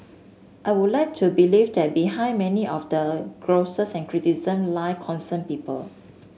I would like to believe that behind many of the grouses and criticisms lie concerned people